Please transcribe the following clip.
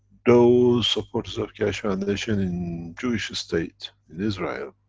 those supporters of keshe foundation in jewish state, in israel